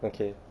okay